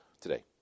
today